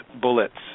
bullets